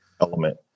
element